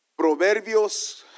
Proverbios